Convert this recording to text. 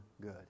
good